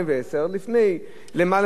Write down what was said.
לפני למעלה משנתיים,